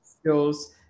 skills